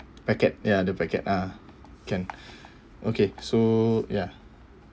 packet ya the packet ah can okay so ya